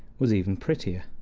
was even prettier,